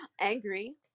angry